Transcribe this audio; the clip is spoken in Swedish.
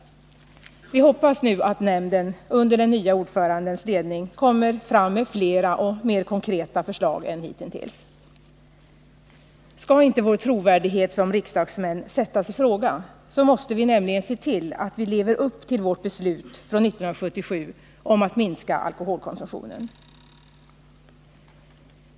Vi hoppas nu att nämnden under den nya ordförandens ledning kommer fram med fler och mer konkreta förslag än hittills. Skall inte vår trovärdighet som riksdagsmän sättas i fråga måste vi nämligen se till att vi lever upp till vårt beslut från 1977 om att minska alkoholkonsumtionen.